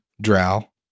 drow